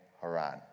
Haran